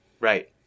Right